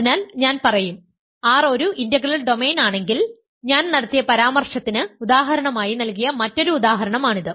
അതിനാൽ ഞാൻ പറയും R ഒരു ഇന്റഗ്രൽ ഡൊമെയ്ൻ ആണെങ്കിൽ ഞാൻ നടത്തിയ പരാമർശത്തിന് ഉദാഹരണമായി നൽകിയ മറ്റൊരു ഉദാഹരണം ആണിത്